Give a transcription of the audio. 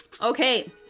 Okay